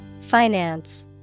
Finance